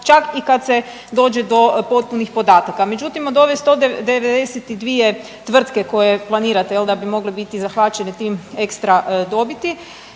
čak i kad se dođe do potpunih podataka. Međutim od ove 192 tvrtke koje planirate da bi mogle biti zahvaćene tim ekstra dobiti.